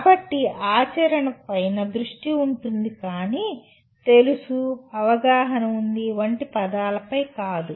కాబట్టి ఆచారణ పైన దృష్టి ఉంటుంది కానీ 'తెలుసు' 'అవగాహన ఉంది' వంటి పదాల పై కాదు